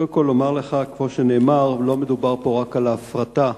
אומר לך כמו שנאמר, שלא מדובר פה רק על הפרטה,